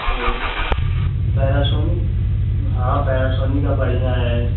तो पैरसोनिक हाँ पैरासोनिक का बढ़िया है